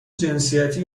جنسیتی